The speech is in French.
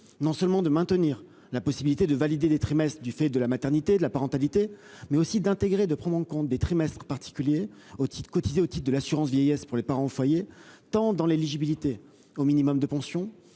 non seulement de maintenir la possibilité de valider des trimestres au titre de la parentalité, mais aussi de prendre en compte les trimestres particuliers cotisés au titre de l'assurance vieillesse du parent au foyer dans les critères d'éligibilité au minimum de pension